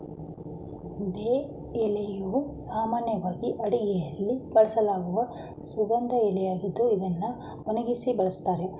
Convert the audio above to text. ಬೇ ಎಲೆಯು ಸಾಮಾನ್ಯವಾಗಿ ಅಡುಗೆಯಲ್ಲಿ ಬಳಸಲಾಗುವ ಸುಗಂಧ ಎಲೆಯಾಗಿದೆ ಇದ್ನ ಒಣಗ್ಸಿ ಬಳುಸ್ತಾರೆ